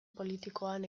politikoan